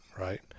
right